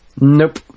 Nope